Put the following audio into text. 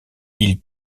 ils